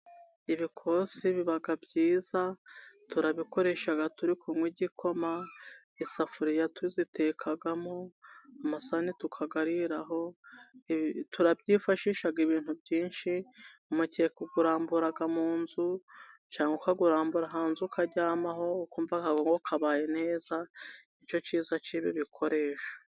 Ibikosi biba byiza, turabikoresha turi kunywa igikoma, isafuriya tuzitekagamo, amasahane tukayariraho turabyifashisha ibintu byinshi ,umukeka uwurambura mu nzu cyangwa ukawurambura hanze ukawuryamaho ukumva ahongaho ubaye neza, ni cyo cyiza cy'ibi bikoresho.